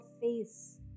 face